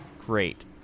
Great